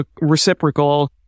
reciprocal